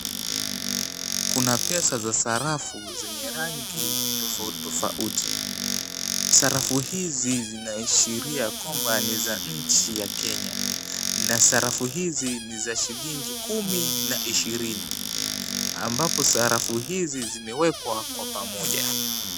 Kuna pesa za sarafu zenye rangi tofauti tofauti. Sarafu hizi zinaashiria kwamba ni za nchi ya Kenya, na sarafu hizi ni za shilingi kumi na ishirini ambapo sarafu hizi zimewekwa kwa pamoja.